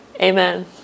Amen